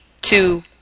two